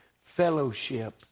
fellowship